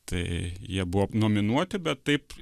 tai jie buvo nominuoti bet taip